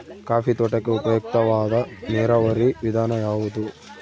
Coffee ತೋಟಕ್ಕೆ ಉಪಯುಕ್ತವಾದ ನೇರಾವರಿ ವಿಧಾನ ಯಾವುದು?